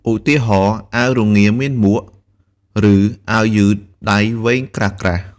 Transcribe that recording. ឧទាហរណ៍ អាវរងាមានមួក ឬអាវយឺតដៃវែងក្រាស់ៗ។